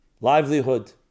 livelihood